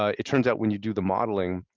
ah it turns out when you do the modeling,